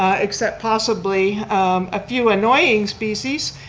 ah except possibly a few annoying species,